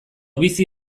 bizi